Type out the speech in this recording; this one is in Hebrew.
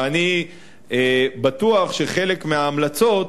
ואני בטוח שלחלק מההמלצות